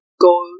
go